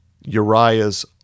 Uriah's